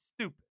stupid